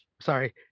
sorry